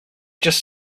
just